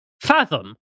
fathom